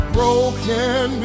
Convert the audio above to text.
Broken